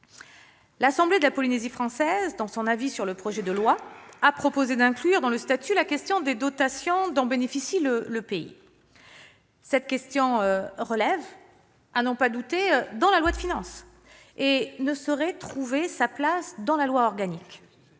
L'assemblée de la Polynésie française, dans son avis sur le projet de loi, a proposé d'inclure dans le statut la question des dotations dont bénéficie le pays. Cette question relève, à n'en pas douter, de la loi de finances et ne saurait trouver sa place dans la loi organique.